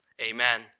Amen